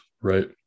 right